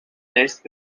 test